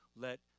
let